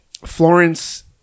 Florence